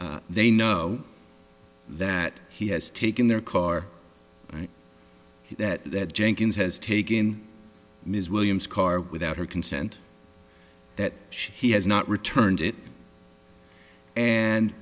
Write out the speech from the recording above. they know that he has taken their car and that that jenkins has taken ms williams car without her consent that she has not returned it and